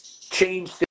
change